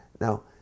Now